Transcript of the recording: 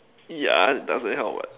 yeah doesn't help what